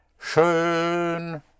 Schön